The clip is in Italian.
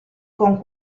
con